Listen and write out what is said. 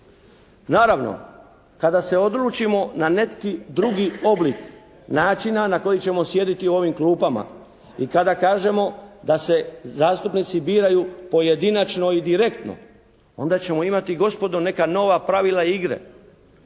Naravno kada se odlučimo na neki drugi oblik načina na koji ćemo sjediti u ovim klupama i kada kažemo da se zastupnici biraju pojedinačno i direktno onda ćemo imati gospodo neka nova pravila igre.